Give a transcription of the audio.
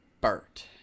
Bert